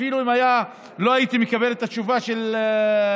אפילו אם לא הייתי מקבל את התשובה של המשרד,